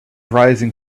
rising